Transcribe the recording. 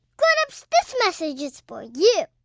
grown-ups, this message is for you